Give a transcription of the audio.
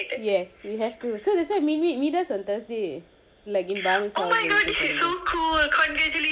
yes we have to so that's why meet us on thursday like